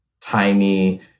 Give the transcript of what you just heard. tiny